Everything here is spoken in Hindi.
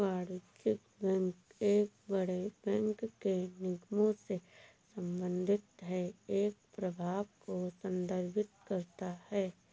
वाणिज्यिक बैंक एक बड़े बैंक के निगमों से संबंधित है एक प्रभाग को संदर्भित करता है